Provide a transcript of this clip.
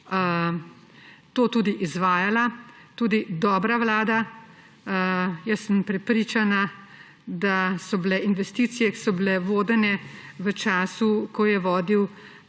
bo to izvajala, tudi dobra vlada. Prepričana sem, da so bile investicije, ki so bile vodene v času, ko je vodil